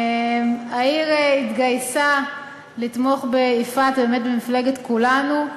העיר התגייסה לתמוך ביפעת ובאמת במפלגת כולנו,